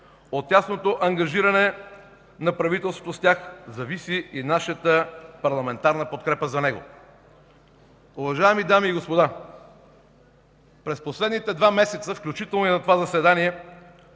сесия. От ангажирането на правителството с тях зависи и нашата парламентарна подкрепа за него. Уважаеми дами и господа, през последните два месеца, включително и на това заседание,